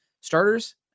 starters